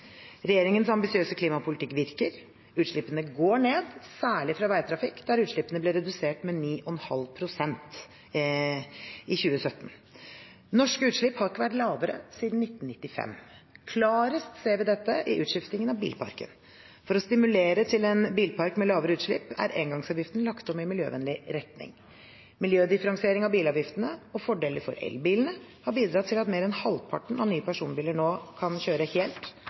Regjeringens ambisiøse klimapolitikk virker. Utslippene går ned, særlig fra veitrafikk, der utslippene ble redusert med 9,5 pst. i 2017. Norske utslipp har ikke vært lavere siden 1995. Klarest ser vi dette i utskiftingen av bilparken. For å stimulere til en bilpark med lavere utslipp er engangsavgiften lagt om i miljøvennlig retning. Miljødifferensiering av bilavgiftene og fordeler for elbilene har bidratt til at mer enn halvparten av nye personbiler nå kan kjøre helt